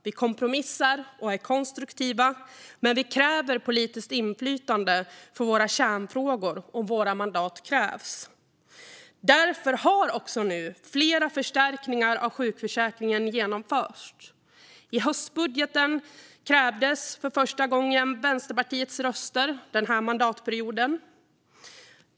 Vi kompromissar och är konstruktiva, men vi kräver politiskt inflytande för våra kärnfrågor om våra mandat krävs. Därför har nu också flera förstärkningar av sjukförsäkringen genomförts. I höstbudgeten krävdes för första gången under denna mandatperiod Vänsterpartiets röster.